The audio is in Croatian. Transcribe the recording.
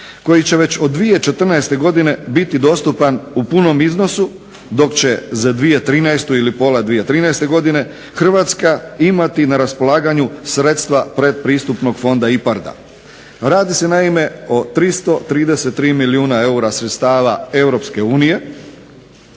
koji će već od 2014. biti dostupan u punom iznosu dok će za 2013. ili pola 2013. godine Hrvatska imati na raspolaganju sredstva pretpristupnog fonda IPARD-a. Radi se naime o 333 milijuna eura sredstava